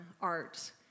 art